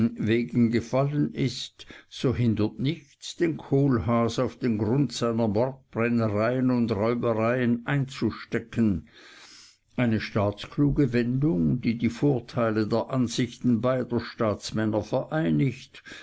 wegen gefallen ist so hindert nichts den kohlhaas auf den grund seiner mordbrennereien und räubereien einzustecken eine staatskluge wendung die die vorteile der ansichten beider staatsmänner vereinigt